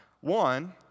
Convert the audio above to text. One